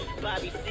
Bobby